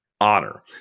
honor